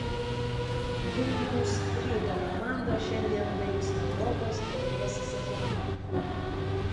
vilniaus ryto komanda šiandien baigs europos taurės sezoną